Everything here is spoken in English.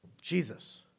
Jesus